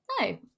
No